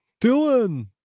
Dylan